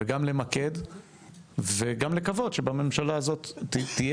למקד וגם לקוות שבממשלה הזאת תהיה